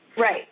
Right